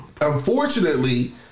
unfortunately